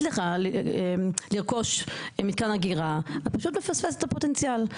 לך לרכוש מתקן אגירה אתה פשוט מפספס את הפוטנציאל.